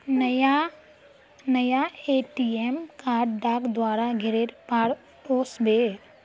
नया ATM card डाक द्वारा घरेर पर ओस बे